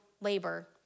labor